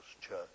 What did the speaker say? church